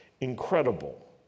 Incredible